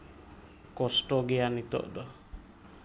ᱠᱚᱥᱴᱚ ᱜᱮᱭᱟ ᱱᱤᱛᱚᱜ ᱫᱚ